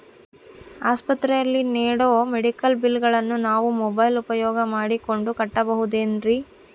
ಆಸ್ಪತ್ರೆಯಲ್ಲಿ ನೇಡೋ ಮೆಡಿಕಲ್ ಬಿಲ್ಲುಗಳನ್ನು ನಾವು ಮೋಬ್ಯೆಲ್ ಉಪಯೋಗ ಮಾಡಿಕೊಂಡು ಕಟ್ಟಬಹುದೇನ್ರಿ?